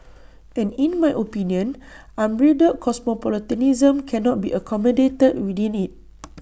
and in my opinion unbridled cosmopolitanism cannot be accommodated within IT